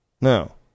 No